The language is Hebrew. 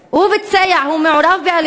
הוא ביצע מעשי הרס, הוא ביצע, הוא מעורב באלימות.